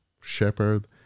shepherd